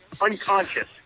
unconscious